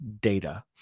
data